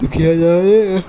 दिक्खेआ जाए ते